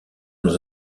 dans